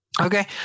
okay